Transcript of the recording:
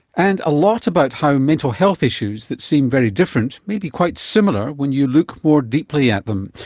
and a lot about how mental health issues that seem very different, may be quite similar when you look more deeply at them.